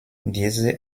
diese